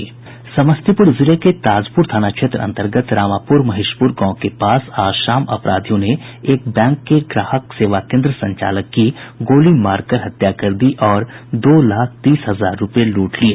समस्तीपुर जिले के ताजपुर थाना क्षेत्र अंतर्गत रामापुर महेशपुर गांव के पास आज शाम अपराधियों ने एक बैंक के ग्राहक सेवा संचालक की गोली मारकर हत्या कर दी और दो लाख तीस हजार रूपये लूट लिये